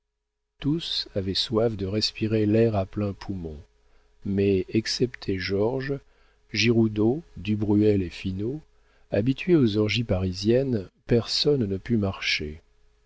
tous avaient soif de respirer l'air à pleins poumons mais excepté georges giroudeau du bruel et finot habitués aux orgies parisiennes personne ne put marcher